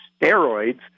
steroids